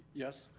yes.